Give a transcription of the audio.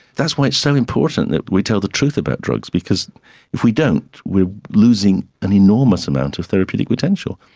that's why it's so important that we tell the truth about drugs because if we don't we are losing an enormous amount of therapeutic potential.